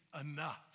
enough